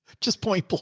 just point but